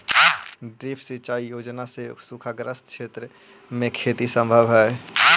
drip सिंचाई योजना से सूखाग्रस्त क्षेत्र में खेती सम्भव हइ